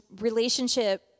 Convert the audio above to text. relationship